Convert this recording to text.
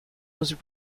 was